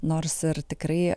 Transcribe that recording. nors ir tikrai